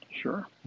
Sure